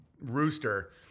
rooster